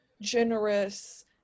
generous